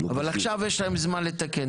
אבל עכשיו יש להם זמן לתקן,